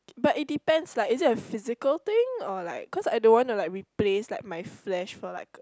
but it depends like is it a physical thing or like cause I don't want to like replace like my flash for like